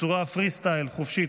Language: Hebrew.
בצורה חופשית,